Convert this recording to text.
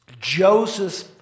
Joseph